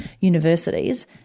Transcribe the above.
universities